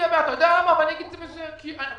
תוספת של חמישה אחוזים,